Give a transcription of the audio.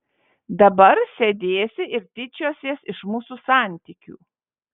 dabar sėdėsi ir tyčiosies iš mūsų santykių